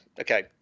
okay